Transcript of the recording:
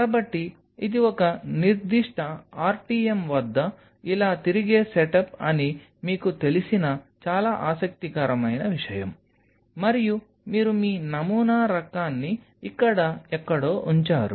కాబట్టి ఇది ఒక నిర్దిష్ట RTM వద్ద ఇలా తిరిగే సెటప్ అని మీకు తెలిసిన చాలా ఆసక్తికరమైన విషయం మరియు మీరు మీ నమూనా రకాన్ని ఇక్కడ ఎక్కడో ఉంచారు